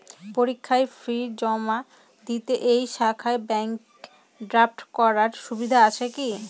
পরীক্ষার ফি জমা দিব এই শাখায় ব্যাংক ড্রাফট করার সুবিধা আছে কি?